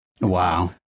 Wow